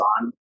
on